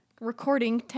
recording